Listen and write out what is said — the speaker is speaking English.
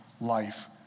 life